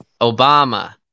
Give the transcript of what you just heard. Obama